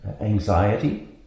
anxiety